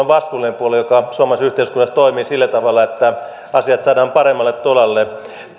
vastuullinen puolue joka suomalaisessa yhteiskunnassa toimii sillä tavalla että asiat saadaan paremmalle tolalle